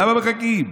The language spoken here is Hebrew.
למה מחכים?